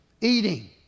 eating